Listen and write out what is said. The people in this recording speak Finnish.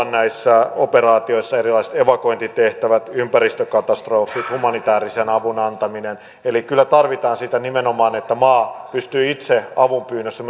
näissä operaatioissa voisivat olla erilaiset evakuointitehtävät ympäristökatastrofit humanitäärisen avun antaminen eli kyllä tarvitaan sitä nimenomaan että maa pystyy itse avunpyynnössä